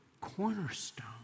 cornerstone